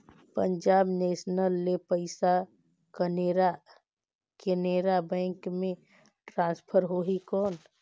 Punjab national ले पइसा Canara bank मे ट्रांसफर होहि कौन?